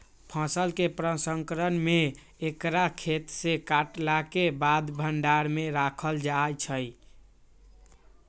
फसल के प्रसंस्करण में एकरा खेतसे काटलाके बाद भण्डार में राखल जाइ छइ